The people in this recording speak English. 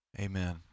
Amen